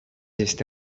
este